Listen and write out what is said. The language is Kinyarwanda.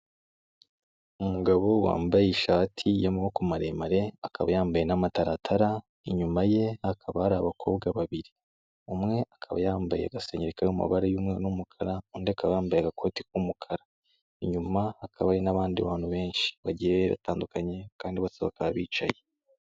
Umugabo wambaye ishati y'amaboko maremare, akaba yambaye n'amataratara, inyuma ye hakaba hari abakobwa babiri, umwe akaba yambaye agasengeri kari mu mabara y'umweru n'umukara, undi akaba yambaye agakote k'umukara, inyuma hakaba hari n'abandi bantu benshi, bagiye batandukanye kandi bose bakaba bicaye.